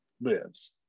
lives